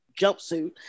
jumpsuit